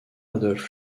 adolphe